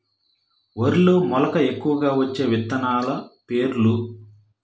వరిలో మెలక ఎక్కువగా వచ్చే విత్తనాలు పేర్లు?